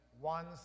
one